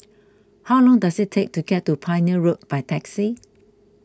how long does it take to get to Pioneer Road by taxi